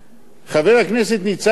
חבר הכנסת ניצן הורוביץ,